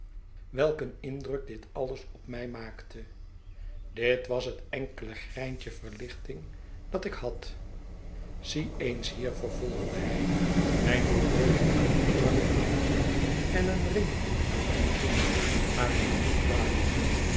welk een indruk dit alles op mij maakte dit was het enkele greintje verlichting dat ik had zie eens hier vervolgde hij mijn horloge uit mijn zak halende en een ring aan mijn vinger naar hem toe draaiende